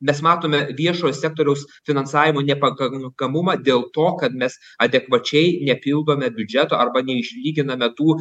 mes matome viešojo sektoriaus finansavimo nepakankamumą dėl to kad mes adekvačiai nepildome biudžeto arba neišlyginame tų